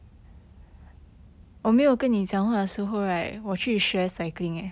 我没有跟你讲话的时候 right 我去学 cycling eh